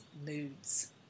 moods